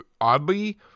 oddly